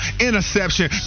Interception